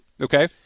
okay